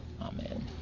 amen